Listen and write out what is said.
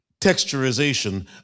texturization